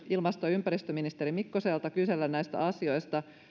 ilmasto ja ympäristöministeri mikkoselta näistä asioista